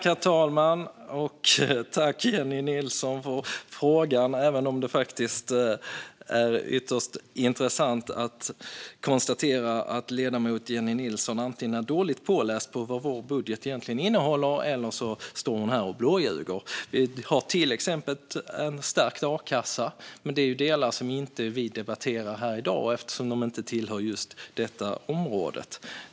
Herr talman! Tack, Jennie Nilsson, för frågan, även om det faktiskt är ytterst intressant att konstatera att ledamoten Jennie Nilsson antingen är dåligt påläst på vad vår budget egentligen innehåller eller också står här och blåljuger. Vi har till exempel en stärkt a-kassa, men detta är delar som vi inte debatterar här i dag eftersom de inte tillhör det här området.